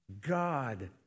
God